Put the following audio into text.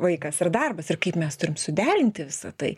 vaikas ir darbas ir kaip mes turim suderinti visa tai